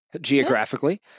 geographically